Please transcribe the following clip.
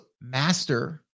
master